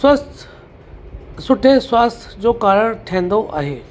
स्वस्थ्य सुठे स्वास्थ्य जो कारण ठहंदो आहे